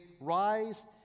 rise